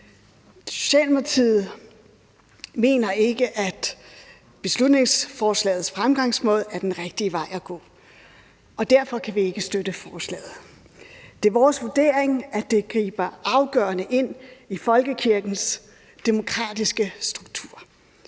Socialdemokratiet mener ikke, at beslutningsforslagets fremgangsmåde er den rigtige vej at gå, og derfor kan vi ikke støtte forslaget. Det er vores vurdering, at det griber afgørende ind i folkekirkens demokratiske struktur.